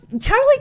Charlie